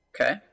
okay